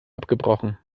abgebrochen